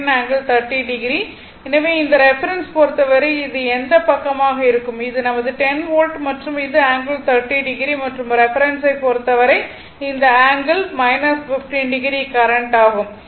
எனவே V 10 ∠30o எனவே இந்த ரெஃபரென்ஸ் பொறுத்தவரை இது இந்த பக்கமாக இருக்கும் இது நமது 10 வோல்ட் மற்றும் இது ∠30o மற்றும் ரெஃபரென்ஸ் பொறுத்தவரை இந்த ஆங்கிள் 15o கரண்ட் ஆகும்